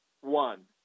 one